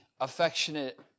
affectionate